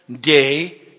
day